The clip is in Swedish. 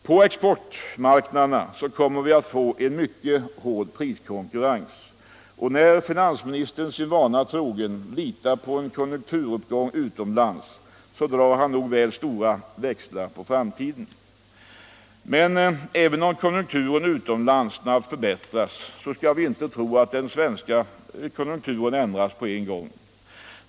På exportmarknaderna kommer vi att få en mycket hård priskonkurrens, och när finansministern, sin vana trogen, litar på en konjunkturuppgång utomlands drar han nog väl stora växlar på framtiden. Även om konjunkturen utomlands snabbt förbättras skall vi inte tro att den svenska konjunkturen ändras på en gång.